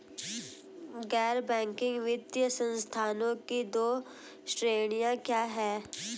गैर बैंकिंग वित्तीय संस्थानों की दो श्रेणियाँ क्या हैं?